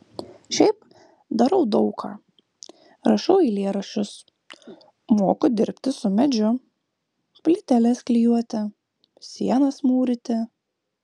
šiaip darau daug ką rašau eilėraščius moku dirbti su medžiu plyteles klijuoti sienas mūryti